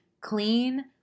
clean